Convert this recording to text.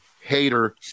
hater